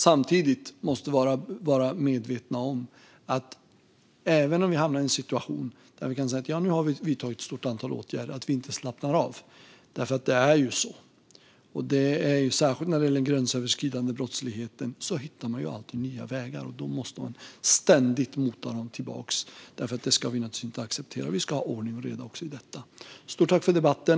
Samtidigt måste vi vara medvetna om att vi, även om vi hamnar i en situation där vi kan säga att vi har vidtagit ett stort antal åtgärder, inte kan slappna av. Det är ju så, särskilt när det gäller den gränsöverskridande brottligheten, att man alltid hittar nya vägar. Vi måste ständigt mota den tillbaka, för detta ska vi naturligtvis inte acceptera. Vi ska ha ordning och reda också i detta. Stort tack för debatten!